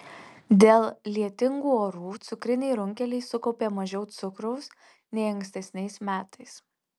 dėl lietingų orų cukriniai runkeliai sukaupė mažiau cukraus nei ankstesniais metais